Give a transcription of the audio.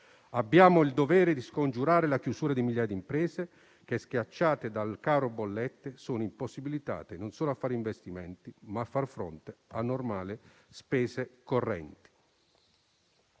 Abbiamo il dovere di scongiurare la chiusura di migliaia di imprese che, schiacciate dal caro bollette, sono impossibilitate non solo a fare investimenti ma financo a far fronte alle normali spese correnti.